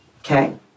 Okay